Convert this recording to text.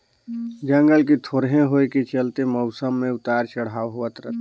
जंगल के थोरहें होए के चलते मउसम मे उतर चढ़ाव होवत रथे